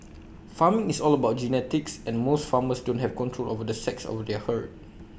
farming is all about genetics and most farmers don't have control over the sex of their herd